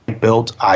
built